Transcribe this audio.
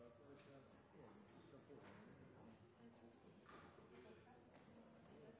for dette,